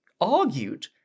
argued